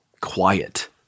quiet